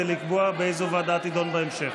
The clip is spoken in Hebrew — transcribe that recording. ועדה תידון בהמשך.